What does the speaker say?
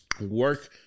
work